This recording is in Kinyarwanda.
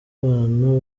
abantu